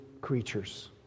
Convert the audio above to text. creatures